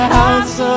house